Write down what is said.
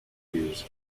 views